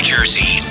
Jersey